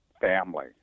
family